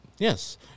Yes